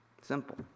Simple